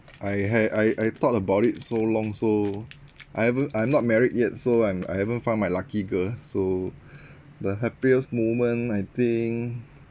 I ha~ I I thought about it so long so I haven't I'm not married yet so I'm I haven't found my lucky girl so the happiest moment I think